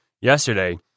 yesterday